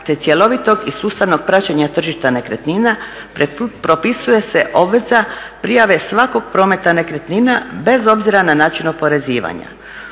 te cjelovitog i sustavnog praćenja tržišta nekretnina propisuje se obveza prijave svakog prometa nekretnina bez obzira na način oporezivanja.